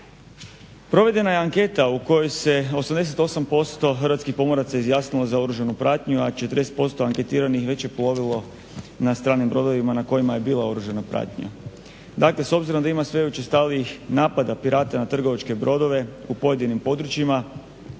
Provedena je anketa u kojoj se 88% hrvatskih pomoraca izjasnilo za oružanu pratnju, a 40% anketiranih već je plovilo na stranim brodovima na kojima je bila oružana pratnja. Dakle, s obzirom da ima sve učestalijih napada Pirata na trgovačke brodove u pojedinim područjima